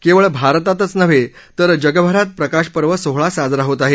केवळ भारतातच नव्हे तर जगभरात प्रकाशपर्व सोहळा साजरा होणार अहे